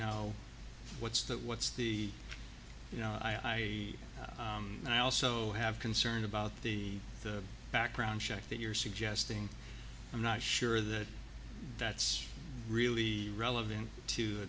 no what's that what's the you know i and i also have concern about the the background check that you're suggesting i'm not sure that that's really relevant to